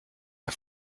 der